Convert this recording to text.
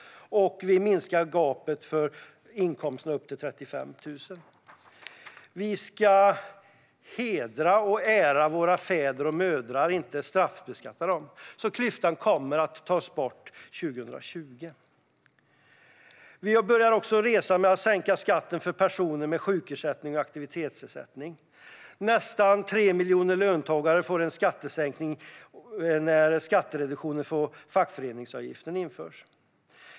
Vi minskar gapet för inkomster upp till 35 000. Vi ska hedra och ära våra fäder och mödrar - inte straffbeskatta dem. Klyftan kommer att tas bort 2020. Vi börjar också resan med att sänka skatten för personer med sjukersättning och aktivitetsersättning. Nästan 3 miljoner löntagare får en skattesänkning när skattereduktionen för fackföreningsavgiften införs.